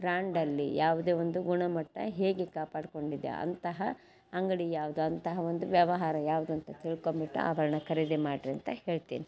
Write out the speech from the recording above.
ಬ್ರಾಂಡಲ್ಲಿ ಯಾವುದೇ ಒಂದು ಗುಣಮಟ್ಟ ಹೇಗೆ ಕಾಪಾಡಿಕೊಂಡಿದೆ ಅಂತಹ ಅಂಗಡಿ ಯಾವುದು ಅಂತಹ ಒಂದು ವ್ಯವಹಾರ ಯಾವುದು ಅಂತ ತಿಳ್ಕೊಂಬಿಟ್ಟು ಆಭರ್ಣ ಖರೀದಿ ಮಾಡಿರಿ ಅಂತ ಹೇಳ್ತೀನಿ